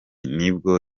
nibwo